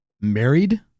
married